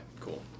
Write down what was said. cool